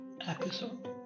episode